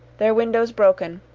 their windows broken,